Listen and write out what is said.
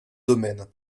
domaine